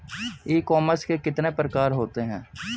ई commerce के कितने प्रकार होते हैं?